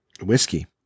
whiskey